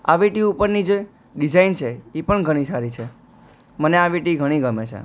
આ વિંટી ઉપરની જે ડિઝાઇન છે એ પણ ઘણી સારી છે મને આ વિંટી ઘણી ગમે છે